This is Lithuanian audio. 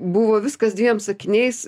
buvo viskas dviem sakiniais